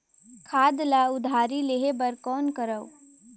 खाद ल उधारी लेहे बर कौन करव?